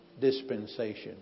dispensation